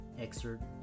excerpt